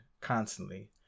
constantly